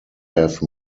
have